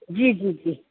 जी जी जी